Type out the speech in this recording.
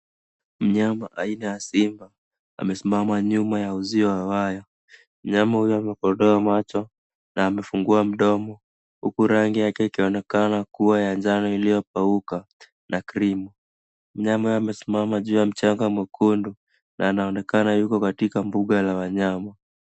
Mnyama aina ya simba amesimama nyuma ya uzio wa waya. Mnyama huyo amekodoa macho na amefungua mdomo huku rangi yake ikionekana kuwa ya njano iliyokauka na cream .Mnyama huyo amesimama juu ya udongo mwekundu na anaonekana yuko katika mbuga la wanyama.